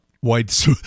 white